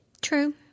True